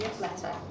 letter